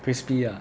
crispy 的